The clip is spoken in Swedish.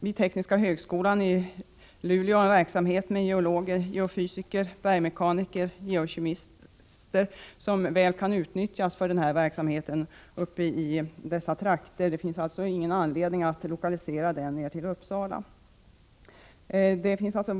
Vid tekniska högskolan i Luleå bedrivs en verksamhet med geologer, geofysiker, bergsmekaniker och geokemister som väl kan utnyttjas för arkivverksamheten i dessa trakter. Det finns alltså ingen anledning att lokalisera den till Uppsala.